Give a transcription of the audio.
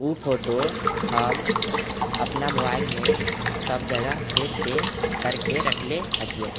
उ फोटो हम अपना मोबाइलमे सब जगह सेव करके रखले हथिय